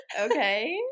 okay